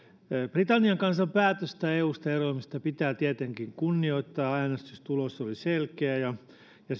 britannian kansan päätöstä eusta eroamisesta pitää tietenkin kunnioittaa äänestystulos oli selkeä ja ja